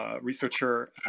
researcher